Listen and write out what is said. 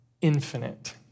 infinite